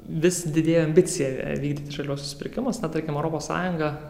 vis didėja ambicija vykdyti žaliuosius pirkimus na tarkim europos sąjunga